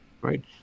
Right